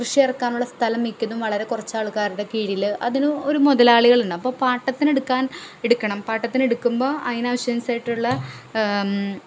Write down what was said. കൃഷി ഇറക്കാനുള്ള സ്ഥലം മിക്കതും വളരെ കുറച്ച് ആൾക്കാരുടെ കീഴിൽ ഒരു മുതലാളികളുണ്ടാവും ഇപ്പോൾ പാട്ടത്തിന് എടുക്കാൻ എടുക്കണം പാട്ടത്തിന് എടുക്കുമ്പോൾ അതിന് ആവശ്യമായിട്ടുള്ള